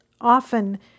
often